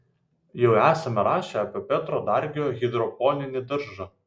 jau esame rašę apie petro dargio hidroponinį daržą